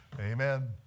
Amen